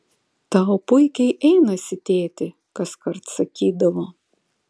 tau puikiai einasi tėti kaskart sakydavo